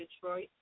Detroit